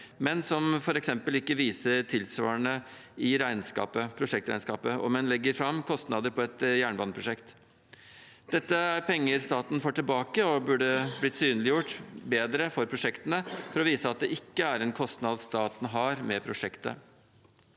men som f.eks. ikke vises tilsvarende i prosjektregnskapet om en legger fram kostnader for et jernbaneprosjekt. Dette er penger staten får tilbake, og det burde blitt synliggjort bedre for prosjektene for å vise at det ikke er en kostnad staten har med prosjektet.